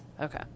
okay